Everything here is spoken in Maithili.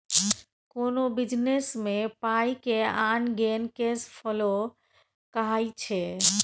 कोनो बिजनेस मे पाइ के आन गेन केस फ्लो कहाइ छै